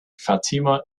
fatima